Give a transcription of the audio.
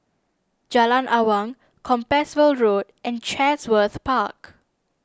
Jalan Awang Compassvale Road and Chatsworth Park